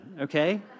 Okay